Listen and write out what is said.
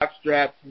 straps